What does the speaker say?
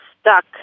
stuck